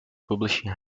publishing